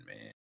man